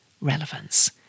relevance